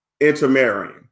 intermarrying